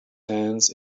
hands